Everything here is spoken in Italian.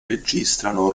registrano